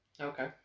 okay